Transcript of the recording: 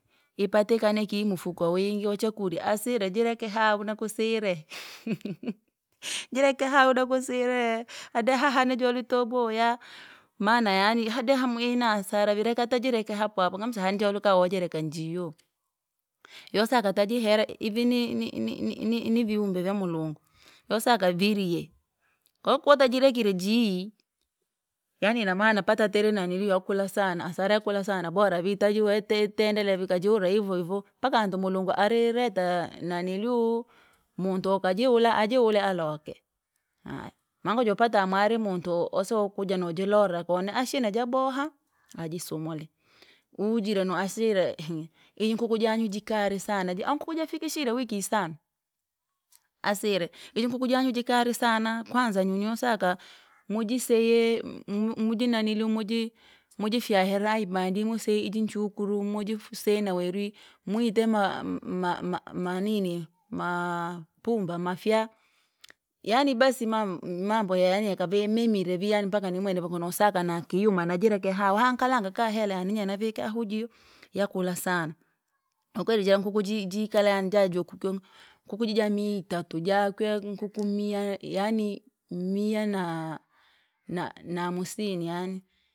Ipatikane kii mfuko wingi wachakurya, asire jireke hahu nakusire, jireke hahu nakusire, hadee hahanijoli tobaya, maana yaani hadee amu ihi ni asara vii reka tajireke hapohopa nkamu seyanjeluke woujileke njiyo, yosaka tajihere ivi ni- ni- ni- niviumbe vya mulungu, yosaka viriye, koo kotajirekire jihi, yaani inamaana pata tiri naniluu yaukula sana hasara yakula sana bora vii tajuve vi- itendelee vikajula hivohivo, mpaka hantu mulugu ari reta naniliuu muntu wokajiula ajiwula aloke, haya mankojopata amwari muntu osewa akuja nojilorera kona. Ashina jaboha! Ajisumule, ujire naasire inkuku janyu jikari sana ja ankuku jafikishire wiki isanu, asire iji nkuku jangu jikalu sana, kwanza yonyosaka mujiseye mujinaniluu muji mujifyahare imaji musi iji nchukuru mujifu sina weru mwite! Ma- ma- manini maa- pumba mafyaa, yani basi mam- mambo yaani yakave memire vii yaani mpaka ni mwenevyo wakanosaka nakiyuma najira kiha hankalanga kaa hela yani yee navika hujio. Yakula sana, kwakweri jira nkuku ji- jikala jankuko, nkuku jijamia itatu jakwe nkuku mia, yaani mia naa- namsini yani.